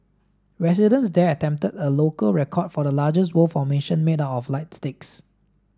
residents there attempted a local record for the largest word formation made up of light sticks